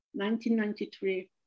1993